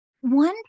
One